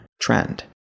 trend